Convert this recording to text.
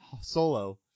Solo